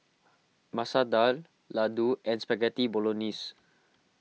Masoor Dal Ladoo and Spaghetti Bolognese